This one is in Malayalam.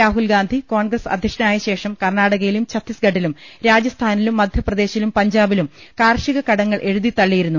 രാഹുൽഗാന്ധി കോൺഗ്രസ് അധ്യക്ഷനായ ശേഷം കർണാടകയിലും ഛത്തീസ്ഗഢിലും രാജസ്ഥാനിലും മധ്യപ്രദേ ശിലും പഞ്ചാബിലും കാർഷിക കടങ്ങൾ എഴുതിതളളിയിരുന്നു